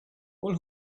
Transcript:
all